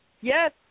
Yes